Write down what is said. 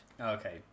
okay